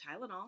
Tylenol